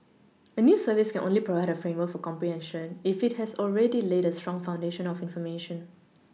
a news service can only provide a framework for comprehension if it has already laid a strong foundation of information